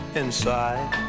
inside